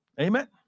Amen